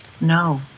No